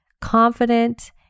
confident